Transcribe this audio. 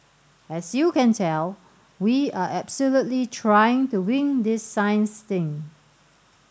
as you can tell we are absolutely trying to wing this science thing